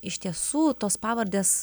iš tiesų tos pavardės